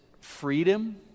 freedom